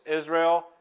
Israel